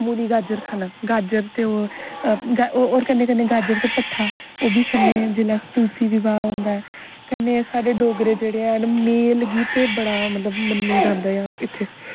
मूली गाजर खाना गाजर ते ओह् और कन्नै कन्नै गाजर ते पट्ठा ओ ह्बी खन्ने जेहलै अस तुलसी बिबाह होंदा ऐ कन्नै साढ़े डोगरे जेहडे़ है ना मेल गी ते बड़ा मतलब मनया जंदा ऐ इत्थै